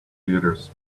theatres